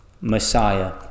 Messiah